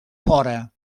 fora